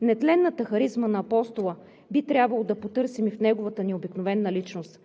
Нетленната харизма на Апостола би трябвало да потърсим и в неговата необикновена личност.